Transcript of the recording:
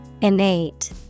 Innate